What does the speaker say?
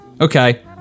Okay